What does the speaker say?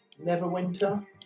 Neverwinter